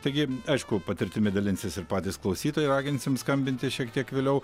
taigi aišku patirtimi dalinsis ir patys klausytojai raginsim skambinti šiek tiek vėliau